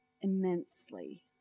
immensely